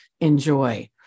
enjoy